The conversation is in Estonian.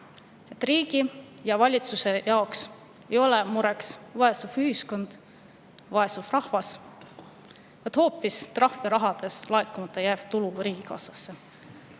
et riigi ja valitsuse jaoks ei ole suurim mure vaesem ühiskond, vaesem rahvas, vaid hoopis trahvirahadest laekumata jääv tulu riigikassasse.